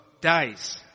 dies